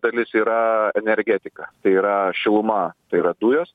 dalis yra energetika tai yra šiluma tai yra dujos